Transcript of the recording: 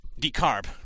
Decarb